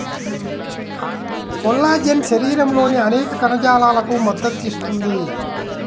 collagen శరీరంలోని అనేక కణజాలాలకు మద్దతు ఇస్తుంది